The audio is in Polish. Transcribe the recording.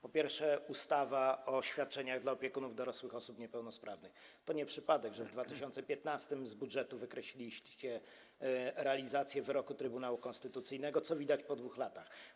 Po pierwsze, ustawa o świadczeniach dla opiekunów dorosłych osób niepełnosprawnych - to nie przypadek, że w 2015 r. z budżetu wykreśliliście realizację wyroku Trybunału Konstytucyjnego, co widać po 2 latach.